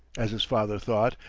as his father thought,